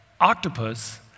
octopus